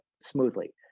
smoothly